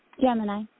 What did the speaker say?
Gemini